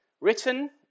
written